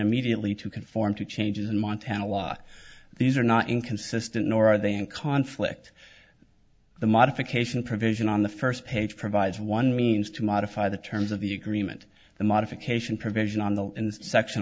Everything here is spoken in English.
immediately to conform to changes in montana law these are not inconsistent nor are they in conflict the modification provision on the first page provides one means to modify the terms of the agreement the modification provision on the section